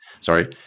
Sorry